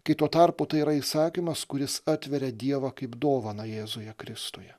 kai tuo tarpu tai yra įsakymas kuris atveria dievą kaip dovaną jėzuje kristuje